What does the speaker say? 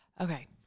Okay